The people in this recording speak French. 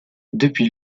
depuis